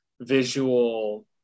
visual